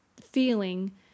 feeling